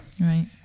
Right